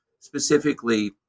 specifically